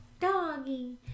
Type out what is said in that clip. Doggy